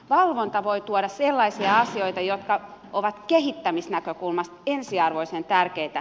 valvonta voi tuoda sellaisia asioita jotka ovat kehittämisnäkökulmasta ensiarvoisen tärkeitä